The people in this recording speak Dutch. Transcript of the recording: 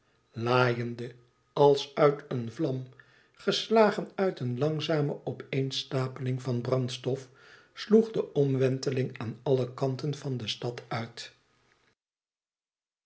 laaiende als uit een vlam geslagen uit een langzame opeenstapeling van brandstof sloeg de omwenteling aan alle kanten van de stad uit